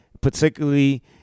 particularly